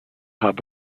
hub